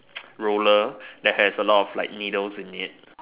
roller that has a lot of needles in it